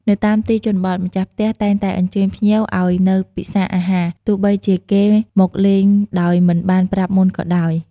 នៅតាមទីជនបទ ម្ចាស់ផ្ទះតែងតែអញ្ជើញភ្ញៀវឱ្យនៅពិសាអាហារ ទោះបីជាគេមកលេងដោយមិនបានប្រាប់មុនក៏ដោយ។